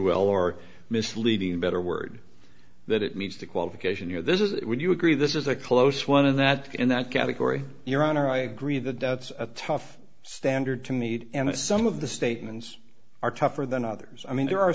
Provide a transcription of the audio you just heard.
will or misleading a better word that it means to qualification you know this is it would you agree this is a close one and that in that category your honor i agree that that's a tough standard to meet and if some of the statements are tougher than others i mean there are